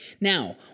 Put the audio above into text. Now